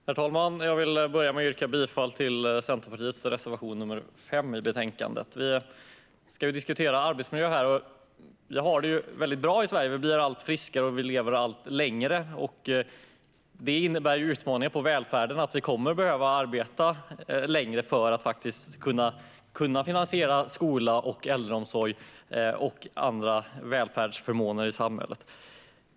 Herr talman! Jag vill börja med att yrka bifall till Centerpartiets reservation nr 5 i betänkandet. Vi diskuterar arbetsmiljö här. Vi har det ju väldigt bra i Sverige. Vi blir allt friskare och lever allt längre. Det innebär utmaningar för välfärden. Vi kommer att behöva arbeta längre för att kunna finansiera skola, äldreomsorg och andra välfärdsförmåner i samhället.